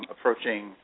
approaching